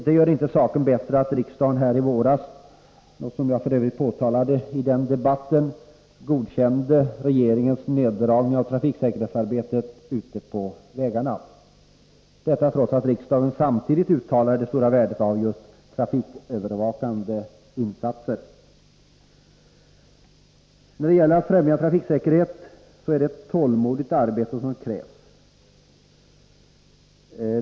Det gör inte saken bättre att riksdagen här i våras — något som jag f. ö. då påtalade i debatten — godkände regeringens neddragning av trafiksäkerhetsarbetet ute på vägarna, detta trots att riksdagen samtidigt framhöll det stora värdet av just trafikövervakande insatser. När det gäller att främja trafiksäkerhet så är det ett tålmodigt arbete som krävs.